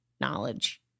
knowledge